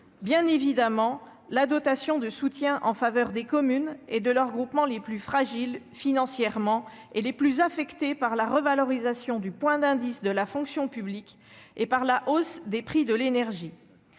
bien évidemment, la dotation de soutien en faveur des communes et des groupements les plus fragiles financièrement et les plus affectés par la revalorisation du point d'indice de la fonction publique et par la hausse des prix de l'énergie.